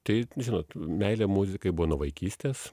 tai žinot meilė muzikai buvo nuo vaikystės